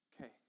Okay